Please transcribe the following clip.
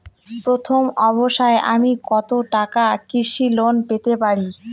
প্রথম অবস্থায় আমি কত টাকা কৃষি লোন পেতে পারি?